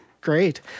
Great